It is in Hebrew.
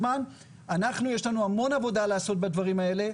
יש לנו המון עבודה לעשות בדברים האלה.